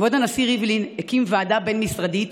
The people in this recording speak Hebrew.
כבוד הנשיא ריבלין הקים ועדה בין-משרדית